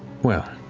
well